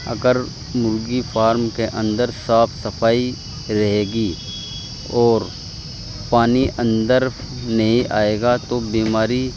اگر مرغی فارم کے اندر صاف صفائی رہے گی اور پانی اندر نہیں آئے گا تو بیماری